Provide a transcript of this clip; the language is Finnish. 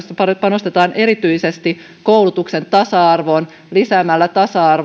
panostetaan erityisesti koulutuksen tasa arvoon lisäämällä tasa